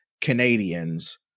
Canadians